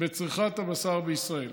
בצריכת הבשר בישראל.